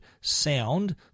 sound